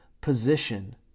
position